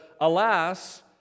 alas